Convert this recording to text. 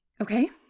Okay